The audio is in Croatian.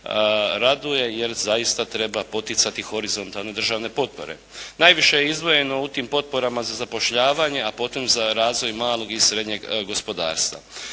raduje jer zaista treba poticati horizontalne državne potpore. Najviše je izdvojeno u tim potporama za zapošljavanje a potom za razvoj malog i srednjeg gospodarstva.